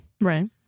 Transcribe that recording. Right